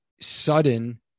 sudden